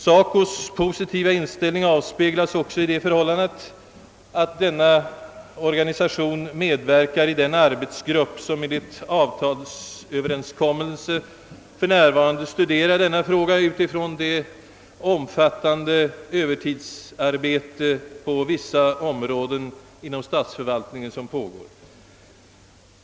SACO:s positiva inställning avspeglas också i det förhål landet att denna organisation medverkar i den arbetsgrupp som enligt överenskommelse för närvarande studerar denna fråga utifrån det omfattande övertidsarbete som pågår på vissa områden inom statsförvaltningen.